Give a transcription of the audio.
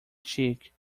cheek